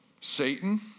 Satan